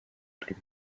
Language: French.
plus